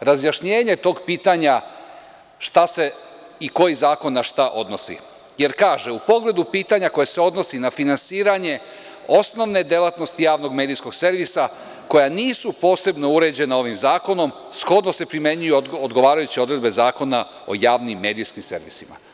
razjašnjenje tog pitanja šta se i koji zakon na šta odnosi, jer kaže – u pogledu pitanja koja se odnose na finansiranje osnovne delatnosti javnog medijskog servisa, koja nisu posebno uređena ovim zakonom, shodno se primenjuju odgovarajuće odredbe Zakona o javnim medijskim servisima.